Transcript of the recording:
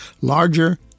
larger